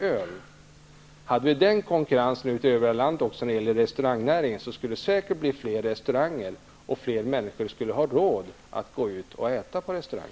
Om den konkurrensen fanns ute i övriga landet även när det gäller restaurangnäringen, skulle det säker bli fler restauranger, och fler människor skulle ha råd att gå ut och äta på restaurang.